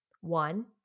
one